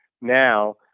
now